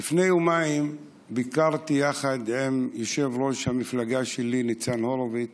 לפני יומיים ביקרתי יחד עם יושב-ראש המפלגה שלי ניצן הורוביץ